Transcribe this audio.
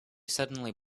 suddenly